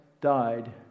died